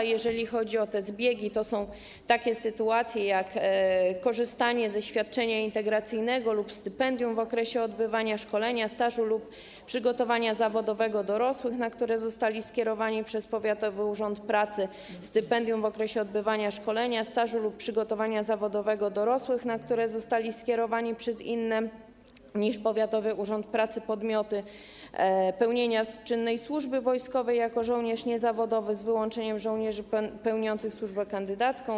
Jeżeli chodzi o te zbiegi, są to takie sytuacje jak korzystanie ze świadczenia integracyjnego lub stypendium w okresie odbywania szkolenia, stażu lub przygotowania zawodowego dorosłych, na które zostali oni skierowani przez powiatowy urząd pracy, stypendium w okresie odbywania szkolenia, stażu lub przygotowania zawodowego dorosłych, na które zostali skierowani przez inne podmioty niż powiatowy urząd pracy, pełnienie czynnej służby wojskowej jako żołnierz niezawodowy, z wyłączeniem żołnierzy pełniących służbę kandydacką.